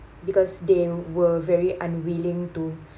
because they were very unwilling to